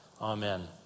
Amen